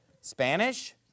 Spanish